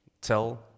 tell